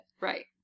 Right